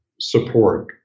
support